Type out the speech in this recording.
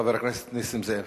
חבר הכנסת נסים זאב.